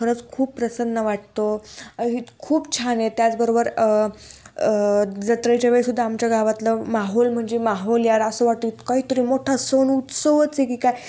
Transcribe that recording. खरंच खूप प्रसन्न वाटतो खूप छान आहे त्याचबरोबर जत्रेच्या वेळीसुद्धा आमच्या गावातलं माहोल म्हणजे माहोल यार असं वाटतं काहीतरी मोठा सण उत्सवच आहे की काय